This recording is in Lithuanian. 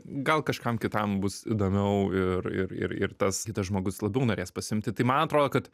gal kažkam kitam bus įdomiau ir ir ir tas kitas žmogus labiau norės pasiimti tai man atrodo kad